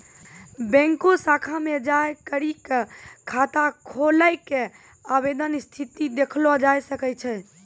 बैंको शाखा मे जाय करी क खाता खोलै के आवेदन स्थिति देखलो जाय सकै छै